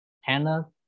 Hannah